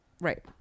Right